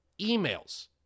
emails